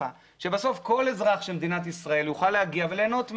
שבסוף כל אזרח של מדינת ישראל יוכל להגיע וליהנות מהם.